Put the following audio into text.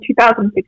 2016